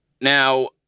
Now